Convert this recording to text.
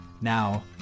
Now